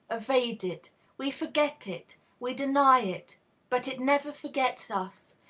evade it we forget it we deny it but it never forgets us,